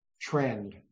trend